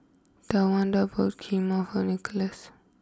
Tawanda bought Kheema Nicholaus